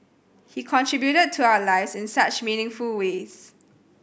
he contributed to our lives in such meaningful ways